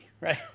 right